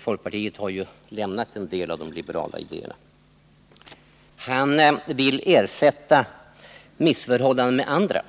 folkpartiet har ju lämnat en del av de liberala idéerna — vill ersätta missförhållanden med andra.